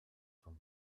for